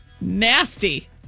nasty